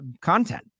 content